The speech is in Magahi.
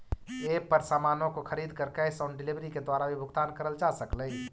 एप पर सामानों को खरीद कर कैश ऑन डिलीवरी के द्वारा भी भुगतान करल जा सकलई